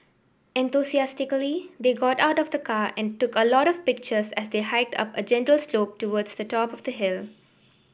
enthusiastically they got out of the car and took a lot of pictures as they hiked up a gentle slope towards the top of the hill